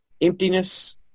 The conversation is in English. Emptiness